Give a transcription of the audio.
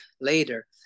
later